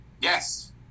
Yes